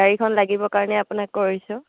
গাড়ীখন লাগিব কাৰণে আপোনাক কৰিছোঁ